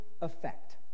effect